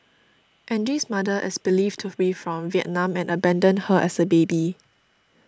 Angie's mother is believed to be from Vietnam and abandoned her as a baby